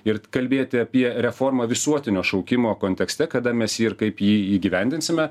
irt kalbėti apie reformą visuotinio šaukimo kontekste kada mes jį ir kaip jį įgyvendinsime